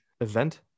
event